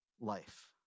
life